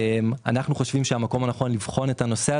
אנחנו חושבים שהמקום הנכון לבחון את הנושא הזה הוא בצוות